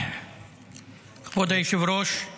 כבוד היושב-ראש,